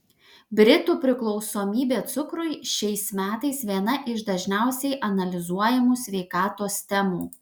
britų priklausomybė cukrui šiais metais viena iš dažniausiai analizuojamų sveikatos temų